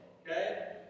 Okay